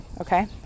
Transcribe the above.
okay